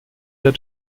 der